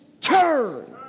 turn